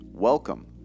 Welcome